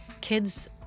Kids